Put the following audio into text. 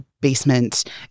basement